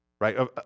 right